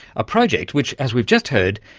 a project which, as we've just heard,